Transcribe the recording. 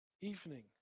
evening